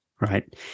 right